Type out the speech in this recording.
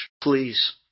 Please